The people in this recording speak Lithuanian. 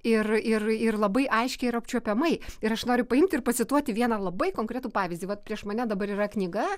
ir ir ir labai aiškiai ir apčiuopiamai ir aš noriu paimt ir pacituoti vieną labai konkretų pavyzdį vat prieš mane dabar yra knyga